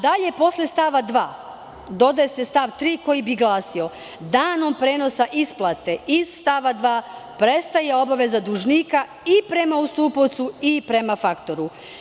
Dalje, posle stava 2. dodaje se stav 3. koji bi glasio: "Danom prenosa isplate iz stava 2. prestaje obaveza dužnika i prema ustupaocu i prema faktoru"